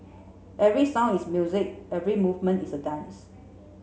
every sound is music every movement is a dance